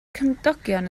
cymdogion